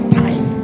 time